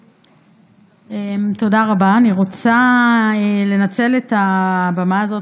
אני רוצה לנצל את הבמה הזאת,